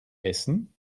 essen